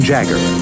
Jagger